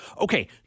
Okay